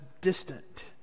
distant